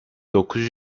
dokuz